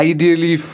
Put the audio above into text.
Ideally